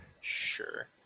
sure